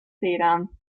satan